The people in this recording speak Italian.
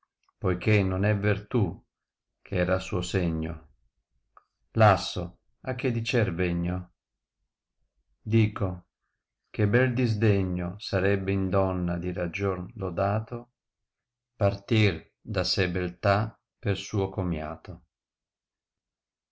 poiché non è terlù eh era suo segno lasso a che dicer vegno dico che bel disdegno sarebbe in donna di ragion lodato partir da sé beltà per suo comiato